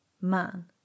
man